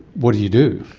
what do you do?